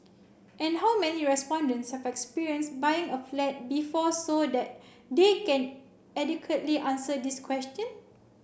and how many respondents have experience buying a flat before so that they can adequately answer this question